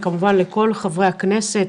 וכמובן לכל חברי הכנסת,